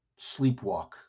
Sleepwalk